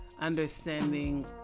understanding